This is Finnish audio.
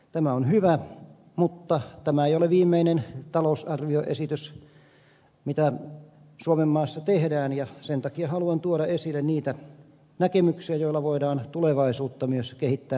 tämä on hyvä mutta tämä ei ole viimeinen talousarvioesitys joka suomenmaassa tehdään ja sen takia haluan tuoda esille niitä näkemyksiä joilla voidaan tulevaisuutta myös kehittää myönteisesti